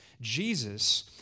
Jesus